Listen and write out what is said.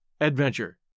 Adventure